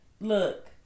Look